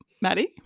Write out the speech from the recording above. Maddie